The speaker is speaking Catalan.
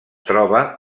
troba